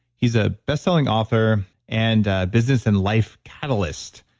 he's a best-selling author, and business and life catalyst.